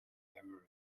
ever